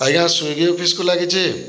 ଆଜ୍ଞା ସ୍ଵିଗି ଅଫିସକୁ ଲାଗିଛି